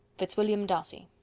fitzwilliam darcy